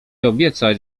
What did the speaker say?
obiecać